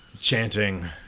chanting